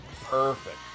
perfect